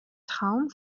traum